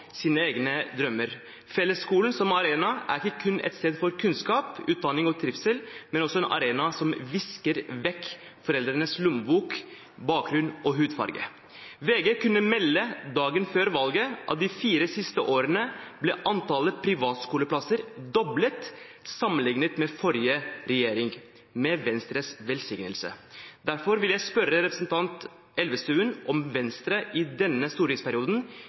egne drømmer. Fellesskolen som arena er ikke kun et sted for kunnskap, utdanning og trivsel, men også en arena som visker vekk forskjellen på foreldrenes lommebok, bakgrunn og hudfarge. VG kunne dagen før valget melde at i de fire siste årene ble antallet privatskoleplasser doblet sammenliknet med forrige regjering – med Venstres velsignelse. Derfor vil jeg spørre representanten Elvestuen om Venstre i denne stortingsperioden